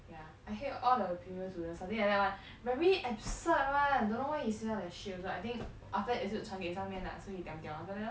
yeah I hate all the previous students something like that one very absurd [one] don't know why he see us like shit also I think after that 也是传给上面 lah so he diam diam after that lor